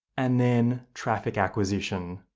and then traffic acquisition.